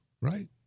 right